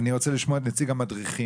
אני רוצה לשמוע את נציג המדריכים.